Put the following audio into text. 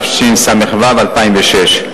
התשס"ו 2006,